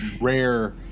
rare